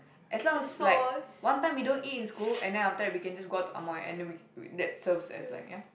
as long as like one time we don't eat in school and then after that we can just go out to Amoy and then we we that serves as like ya